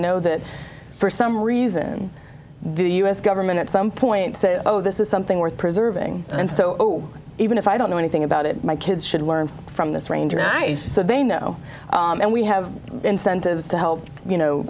know that for some reason the u s government at some point say oh this is something worth preserving and so even if i don't know anything about it my kids should learn from this range nice so they know and we have incentives to help you know